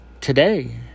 today